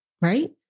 right